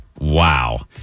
Wow